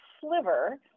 sliver